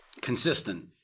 Consistent